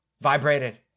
vibrated